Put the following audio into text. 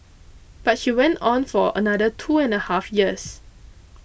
but she went on for another two and a half years